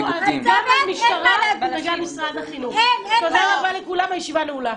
תודה רבה לכולם, הישיבה נעולה.